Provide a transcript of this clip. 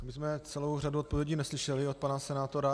My jsme celou řadu odpovědí neslyšeli od pana senátora.